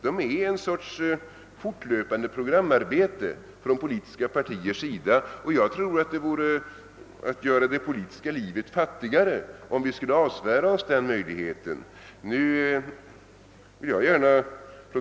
De är ett slags fortlöpande programarbete av de politiska partierna. Det skulle vara att göra det politiska livet fattigare om vi skulle avsvära oss den möjligheten.